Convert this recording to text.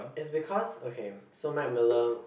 is because okay so Mac Miller